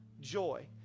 joy